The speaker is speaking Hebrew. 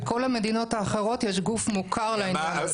בכל המדינות האחרות יש גוף מוכר לעניין הזה.